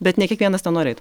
bet ne kiekvienas ten nori eit